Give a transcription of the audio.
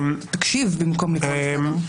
תקשיב במקום לקרוא אותי לסדר.